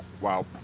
wow